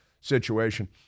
situation